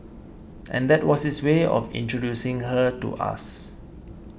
and that was his way of introducing her to us